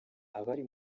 abari